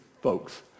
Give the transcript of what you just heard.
folks